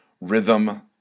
rhythm